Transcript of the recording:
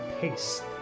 pace